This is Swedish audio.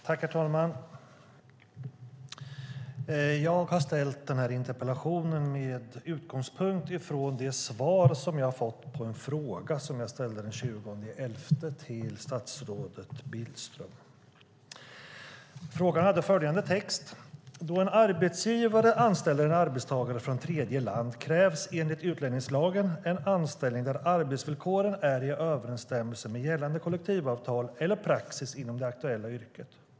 Herr talman! Jag har ställt den här interpellationen med utgångspunkt i det svar jag fått på en skriftlig fråga som jag ställde den 20 november till statsrådet Billström. Frågan hade följande text: "Då en arbetsgivare anställer en arbetstagare från tredje land krävs enligt utlänningslagen en anställning där arbetsvillkoren är i överensstämmelse med gällande kollektivavtal eller praxis inom det aktuella yrket.